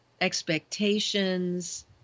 expectations